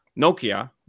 Nokia